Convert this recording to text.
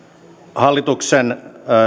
hallituksen